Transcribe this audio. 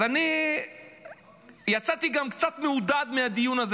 אז אני יצאתי גם קצת מעודד מהדיון הזה